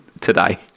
today